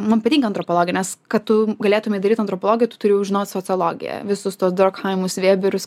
man patinka antropologija nes kad tu galėtumei daryt antropologiją tu turi jau žinot sociologiją visus tuos drokhaimus vėberius